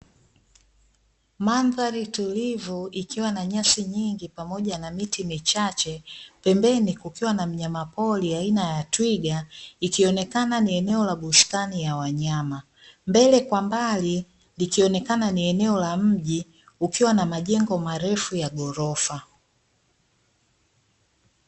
Mandhari tulivu ikiwa na nyasi nyingi pamoja na miti michache, pembeni kukiwa na mnyama pori aina ya twiga ikionekana ni eneo la bustani ya wanyama. Mbele kwa mbali likionekana ni eneo la mji ukiwa na majengo marefu ya ghorofa.